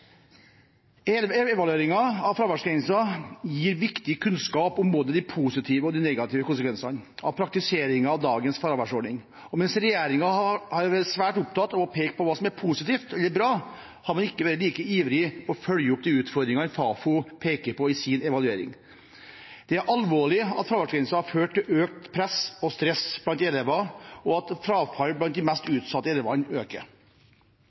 av fraværsgrensen gir viktig kunnskap om både de positive og de negative konsekvensene av praktiseringen av dagens fraværsordning. Mens regjeringen har vært svært opptatt av og pekt på hva som er positivt og bra, har man ikke vært like ivrig etter å følge opp de utfordringene Fafo peker på i sin evaluering. Det er alvorlig at fraværsgrensen har ført til økt press og stress blant elever, og at frafallet blant de mest utsatte elevene øker.